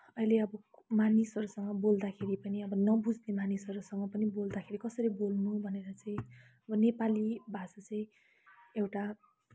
अहिले अब मानिसहरूसँग बोल्दाखेरि पनि अब नबुझ्ने मानिसहरूसँग पनि बोल्दाखेरि कसरी बोल्नु भनेर चाहिँ नेपाली भाषा चाहिँ एउटा